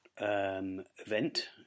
event